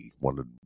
Wanted